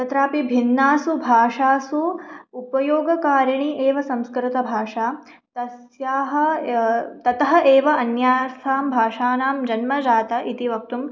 तत्रापि भिन्नासु भाषासु उपयोगकारीणि एव संस्कृतभाषा तस्याः ततः एव अन्यासां भाषाणां जन्मजाता इति वक्तुम्